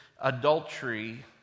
adultery